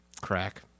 Crack